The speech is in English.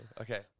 Okay